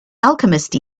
alchemist